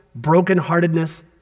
brokenheartedness